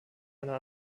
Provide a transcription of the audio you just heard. einer